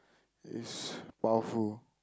is powerful